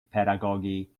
pedagogy